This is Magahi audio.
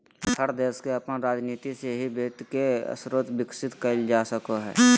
हर देश के अपन राजनीती से ही वित्त के स्रोत विकसित कईल जा सको हइ